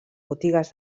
botigues